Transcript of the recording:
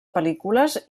pel·lícules